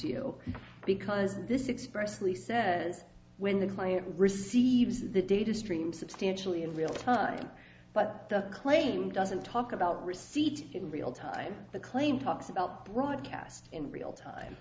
geo because this expressively says when the client receives the data stream substantially in real time but the claim doesn't talk about receipt in real time the claim talks about broadcast in real time